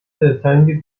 دلتنگ